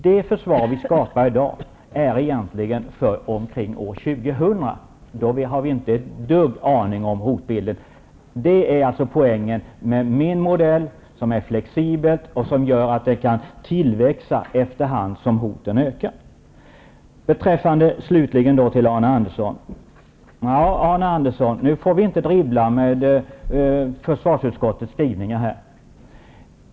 Det försvar vi skapar i dag är egentligen till för att användas omkring år 2000. Men hur hotbilden då kommer att se ut har vi inte ett dugg aning om. Poängen med min modell är att den är flexibel och att den kan växa till efterhand som hoten ökar i omfattning. Nu skall vi inte dribbla, Arne Andersson, med försvarsutskottets skrivningar.